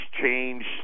change